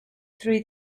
through